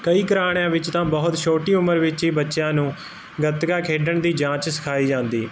ਕਈ ਘਰਾਣਿਆਂ ਵਿੱਚ ਤਾਂ ਬਹੁਤ ਛੋਟੀ ਉਮਰ ਵਿੱਚ ਹੀ ਬੱਚਿਆਂ ਨੂੰ ਗਤਕਾ ਖੇਡਣ ਦੀ ਜਾਂਚ ਸਿਖਾਈ ਜਾਂਦੀ